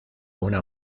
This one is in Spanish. una